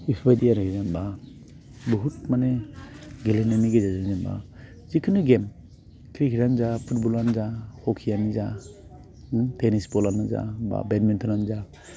बेफोरबायदि आरो जेनेबा बहुद माने गेलेनायनि गेजेरजों जेनेबा जिखुनु गेम क्रिकेटआनो जा फुटबलआनो जा हकिआनो जा टेनिस बलआनो जा बा बेडमिनटनआनो जा